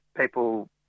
people